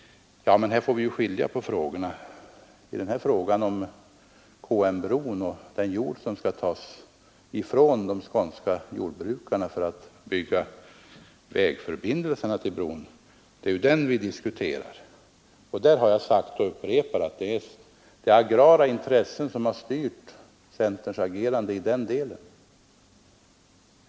Här får vi skilja på frågorna. Den fråga vi nu diskuterar gäller KM-leden och den jord som skall tas ifrån de skånska jordbrukarna för att bygga vägförbindelserna till bron. Där har jag sagt, och jag upprepar det, att det är agrara intressen som styr centerns agerande i den delen.